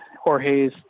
Jorge's